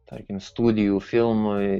tarkim studijų filmui